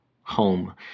home